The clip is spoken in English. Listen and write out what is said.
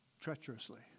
treacherously